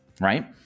right